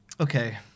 Okay